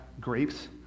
grapes